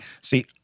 see